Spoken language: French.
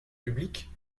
publiques